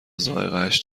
ذائقهاش